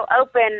open